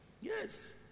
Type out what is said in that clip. Yes